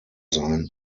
sein